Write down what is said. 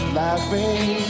laughing